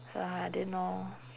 so I didn't know